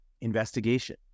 investigation